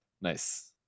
nice